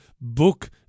book